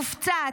מופצץ,